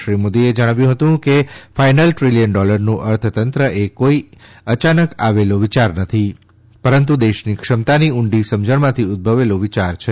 શ્રી મોદીએ જણાવ્યું હતું કે ફાઈલ ટ્રીલીયન ડોલરનું અર્થતંત્ર એ કોઇ અચાનક આવેલો વિયાર નથી પરંતુ દેશની ક્ષમતાની ઉંડી સમજણમાંથી ઉદભવેલો વિચાર છે